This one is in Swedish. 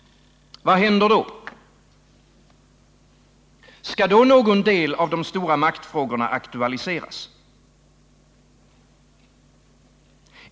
Vad händer då? Skall någon del av de stora maktfrågorna aktualiseras?